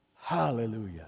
Hallelujah